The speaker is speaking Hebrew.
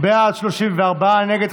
של קבוצת סיעת הליכוד,